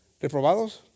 ¿Reprobados